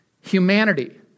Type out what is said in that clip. humanity